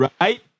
Right